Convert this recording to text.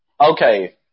okay